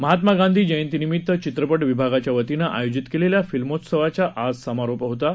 महात्मा गांधी जयंतीनिमित्त चित्रपट विभागाच्या वतीनं आयोजित केलेल्या फिल्मोत्सवाचा आज समारोप होत आहे